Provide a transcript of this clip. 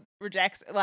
rejects